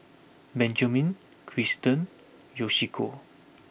Benjamin Tristan Yoshiko